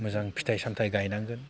मोजां फिथाइ सामथाइ गायनांगोन